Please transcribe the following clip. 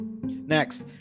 Next